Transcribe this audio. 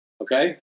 okay